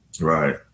Right